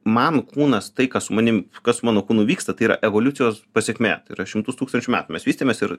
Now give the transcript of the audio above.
man kūnas tai kas su manim kas su mano kūnu vyksta tai yra evoliucijos pasekmė tai yra šimtus tūkstančių metų mes vystėmės ir